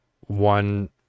one